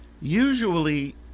Usually